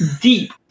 deep